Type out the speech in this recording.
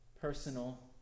personal